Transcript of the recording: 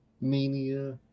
mania